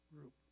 group